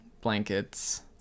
blankets